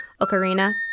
ocarina